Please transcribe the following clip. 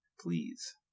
please